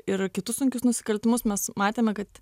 ir kitus sunkius nusikaltimus mes matėme kad